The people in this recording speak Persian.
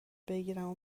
بگیرم